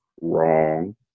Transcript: Wrong